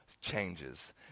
changes